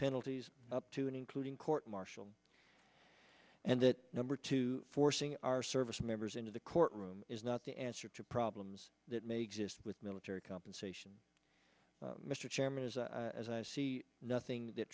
penalties up to and including court martial and that number two forcing our service members into the courtroom is not the answer to problems that may exist with military compensation mr chairman is a as i see nothing that